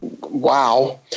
wow